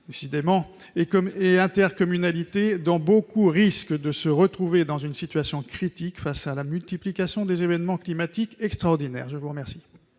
et intercommunalités, dont beaucoup risquent de se retrouver dans une situation critique face à la multiplication des événements climatiques extraordinaires ? La parole